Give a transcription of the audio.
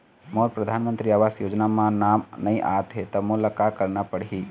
मोर परधानमंतरी आवास योजना म नाम नई आत हे त मोला का करना पड़ही?